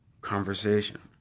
conversation